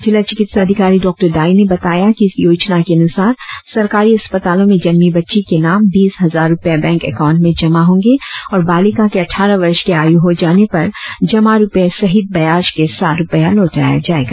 जिला चिकित्सा अधिकारी डॉ दाई ने बताया कि इस योजना के अनुसार सरकारी अस्पतालों में जन्मी बच्ची के नाम बीस हजार रुपए बैंक एकाउंट में जमा होंगे और बालिका के अट्ठारह वर्ष के आयु हो जाने पर जमा रुपए सहित ब्याज के साथ रुपया लौटाया जाएगा